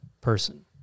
person